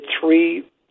three